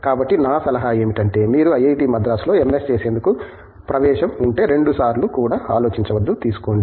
కాబట్టి నా సలహా ఏమిటంటే మీకు ఐఐటి మద్రాసులో ఎంఎస్ చేసేందుకు ప్రవేశం ఉంటే రెండుసార్లు కూడా ఆలోచించవద్దు తీసుకోండి